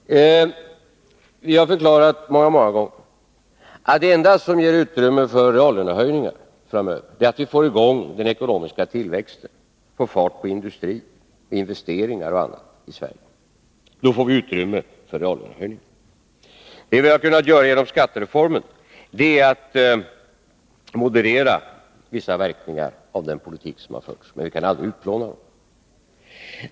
Vi har många gånger förklarat att det enda som ger utrymme för reallönehöjningar framöver är att vi får i gång den ekonomiska tillväxten, får fart på industrin, investeringar och annat i Sverige. Det vi har kunnat göra genom skattereformen är att moderera vissa verkningar av den politik som har förts, men vi kan aldrig utplåna den.